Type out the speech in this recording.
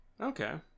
Okay